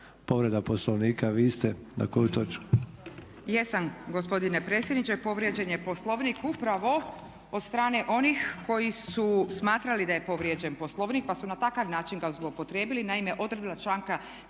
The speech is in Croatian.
povreda Poslovnika, vi ste? Na koju točku?